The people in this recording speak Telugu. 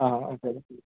అదే